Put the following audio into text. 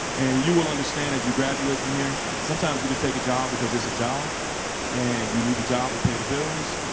and you will understand as you graduate from here, sometimes you just take a job because it's a job and you need the job to pay the bills.